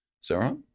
Sarah